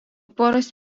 poros